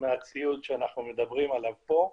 מהציוד שאנחנו מדברים עליו פה.